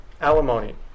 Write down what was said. Alimony